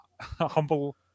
humble